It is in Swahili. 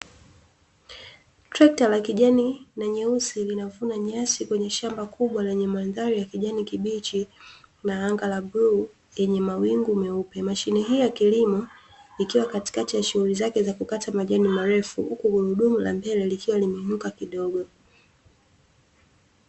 Trekta la kijani na nyeusi linavuna nyasi kwenye shamba kubwa lenye mandhari ya kijani kibichi, na anga la blue lenye mawingu meupe. Mashine hii ya kilimo ikiwa katikati ya shughuli zake za kukata majani marefu, huku gurudumu la mbele likiwa limeinuka kidogo.